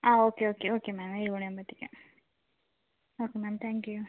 ആ okay okay okay ma'am ഏഴ് മണിയാകുമ്പോൾ എത്തിക്കാം ഓക്കേ മാം താങ്ക് യു